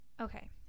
Okay